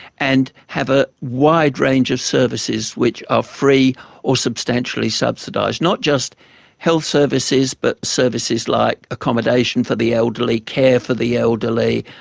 and have a wide range of services which are free or substantially subsidised not just health services, but services like accommodation for the elderly, care for the elderly,